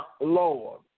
Lord